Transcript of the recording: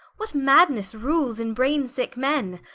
what madnesse rules in brainesicke men,